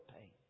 pain